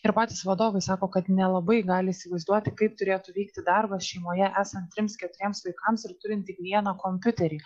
ir patys vadovai sako kad nelabai gali įsivaizduoti kaip turėtų vykti darbas šeimoje esant trims keturiems vaikams ir turint tik vieną kompiuterį